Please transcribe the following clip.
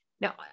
Now